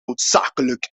noodzakelijk